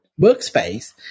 workspace